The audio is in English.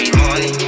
money